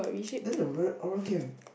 then the rude all came